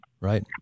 Right